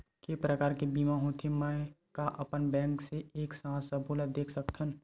के प्रकार के बीमा होथे मै का अपन बैंक से एक साथ सबो ला देख सकथन?